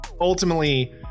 Ultimately